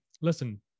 listen